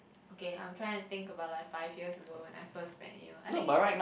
okay I'm tryna think about like five years ago when I first met you I think it